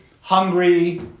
hungry